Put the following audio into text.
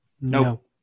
No